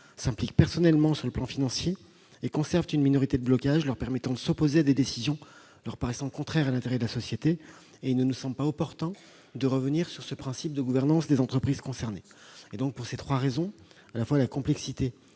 s'impliquent personnellement sur le plan financier et conservent une minorité de blocage leur permettant de s'opposer à des décisions leur paraissant contraires à l'intérêt de la société. Il ne nous semble pas opportun de revenir sur ce principe de gouvernance des entreprises concernées. Pour ces trois raisons- la complexité